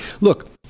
Look